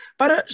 para